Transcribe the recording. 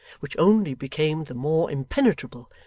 which only became the more impenetrable,